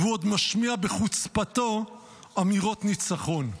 והוא עוד משמיע בחוצפתו אמירות ניצחון.